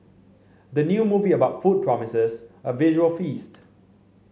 the new movie about food promises a visual feast